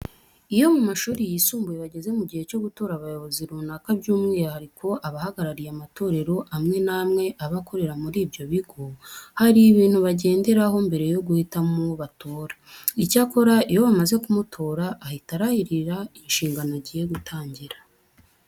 Iyo mu mashuri yisumbuye bageze mu gihe cyo gutora abayobozi runaka by'umwihariko abahagarariye amatorero amwe n'amwe aba akorera muri ibyo bigo, hari ibintu bagenderaho mbere yo guhitamo uwo batora. Icyakora iyo bamaze kumutora ahita arahirira inshingano agiye gutangira.